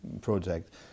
project